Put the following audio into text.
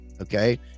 okay